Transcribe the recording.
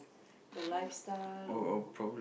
your lifestyle or